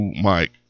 Mike